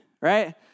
right